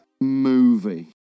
movie